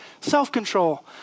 self-control